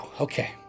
Okay